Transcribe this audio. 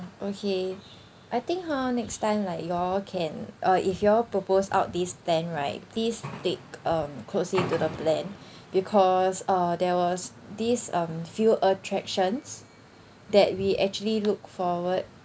okay I think hor next time like you all can uh if you all propose out these stand right please take um into the plan because uh there was this uh few attractions that we actually look forward